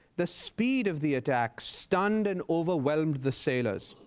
the speed of the attack stunned and overwhelmed the sailors.